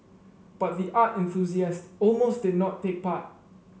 but the art enthusiast almost did not take part